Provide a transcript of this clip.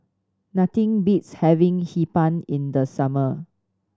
nothing beats having Hee Pan in the summer